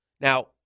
Now